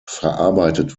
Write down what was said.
verarbeitet